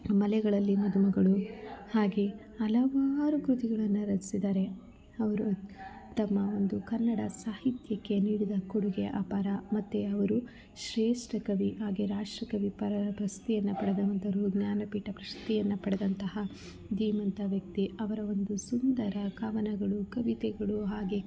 ಮಲೆಗಳಲ್ಲಿ ಮದುಮಗಳು ಹಾಗೆ ಹಲವಾರು ಕೃತಿಗಳನ್ನು ರಚಿಸಿದಾರೆ ಅವರು ತಮ್ಮ ಒಂದು ಕನ್ನಡ ಸಾಹಿತ್ಯಕ್ಕೆ ನೀಡಿದ ಕೊಡುಗೆ ಅಪಾರ ಮತ್ತು ಅವರು ಶ್ರೇಷ್ಟ ಕವಿ ಹಾಗೆ ರಾಷ್ಟ್ರಕವಿ ಪರ ಪ್ರಶಸ್ತಿಯನ್ನು ಪಡೆದಂಥವರು ಜ್ಞಾನಪೀಠ ಪ್ರಶಸ್ತಿಯನ್ನು ಪಡೆದಂತಹ ಧೀಮಂತ ವ್ಯಕ್ತಿ ಅವರ ಒಂದು ಸುಂದರ ಕವನಗಳು ಕವಿತೆಗಳು ಹಾಗೆ